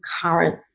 current